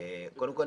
קודם כל,